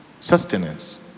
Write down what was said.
sustenance